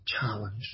challenge